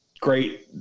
great